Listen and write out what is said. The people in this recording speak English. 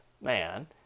man